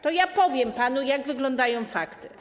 To ja powiem panu, jak wyglądają fakty.